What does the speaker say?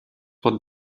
pot